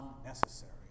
unnecessary